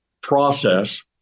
process